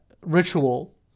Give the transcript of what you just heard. ritual